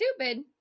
stupid